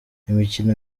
imikino